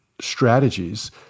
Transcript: strategies